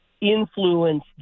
Influence